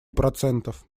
процентов